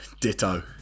Ditto